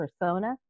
persona